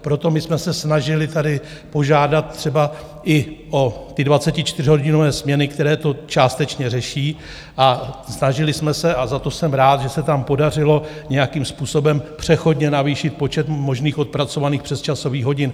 Proto jsme se snažili tady požádat třeba i o ty 24hodinové směny, které to částečně řeší, a snažili jsme se, a za to jsem rád, že se tam podařilo nějakým způsobem přechodně navýšit počet možných odpracovaných přesčasových hodin.